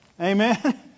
Amen